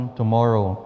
tomorrow